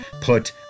put